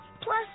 plus